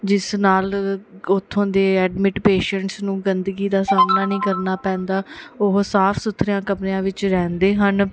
ਜਿਸ ਨਾਲ ਉੱਥੋਂ ਦੇ ਐਡਮਿਟ ਪੇਸ਼ੈਂਟਸ ਨੂੰ ਗੰਦਗੀ ਦਾ ਸਾਹਮਣਾ ਨਹੀਂ ਕਰਨਾ ਪੈਂਦਾ ਉਹ ਸਾਫ਼ ਸੁਥਰਿਆਂ ਕਮਰਿਆਂ ਵਿੱਚ ਰਹਿੰਦੇ ਹਨ